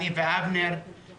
אבנר עורקבי ואני,